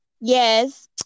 Yes